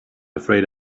afraid